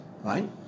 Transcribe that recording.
Right